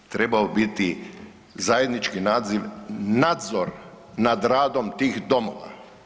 Trebao bi biti zajednički nadziv, nadzor nad radom tih domova.